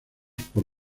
por